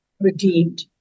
redeemed